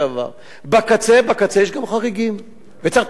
בקצה בקצה יש גם חריגים, וצריך לטפל בהם.